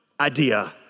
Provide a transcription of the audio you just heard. idea